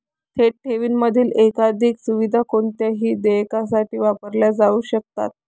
थेट ठेवींमधील एकाधिक सुविधा कोणत्याही देयकासाठी वापरल्या जाऊ शकतात